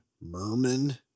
Merman